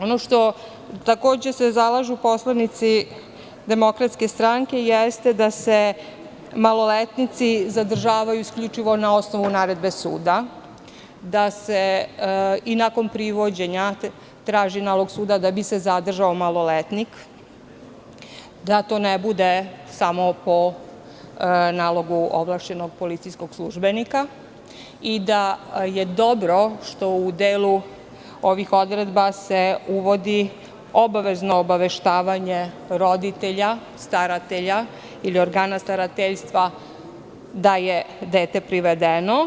Ono za šta se zalažu poslanici DS jeste da se maloletnici zadržavaju isključivo na osnovu naredbe suda, da se i nakon privođenja traži nalog suda da bi se zadržao maloletnik, da to ne bude samo po nalogu ovlašćenog policijskog službenika i da je dobro što se u delu ovih odredaba uvodi obavezno obaveštavanje roditelja, staratelja ili organa starateljstva da je dete privedeno.